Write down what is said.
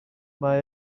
mae